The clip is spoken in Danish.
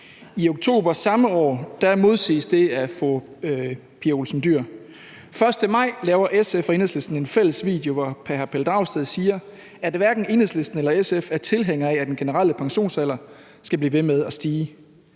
I oktober samme år modsiges det af fru Pia Olsen Dyhr. Den 1. maj laver SF og Enhedslisten en fælles video, hvor hr. Pelle Dragsted siger, at hverken Enhedslisten eller SF er tilhængere af, at den generelle pensionsalder skal blive ved med at stige.